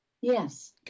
Yes